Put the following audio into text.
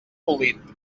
polit